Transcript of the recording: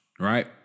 Right